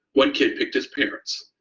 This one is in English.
one kid picked his parents.